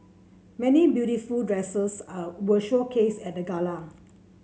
many beautiful dresses are were showcased at the gala